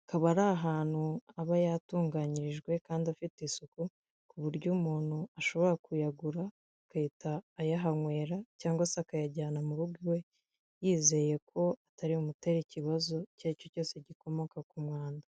akaba ari ahantu aba yatunganyirijwe kandi afite isuku, ku buryo umuntu ashobora kuyagura agahita ayahanywera cyangwa se akayajyana mu rugo iwe, yizeye ko atari bumutere ikibazo icyo ari cyo cyose gikomoka ku mwanda.